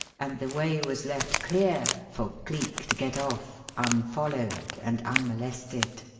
and the way was left clear for cleek to get off unfollowed and unmolested.